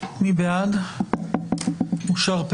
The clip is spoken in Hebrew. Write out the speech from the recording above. מי בעד אישור התקנות?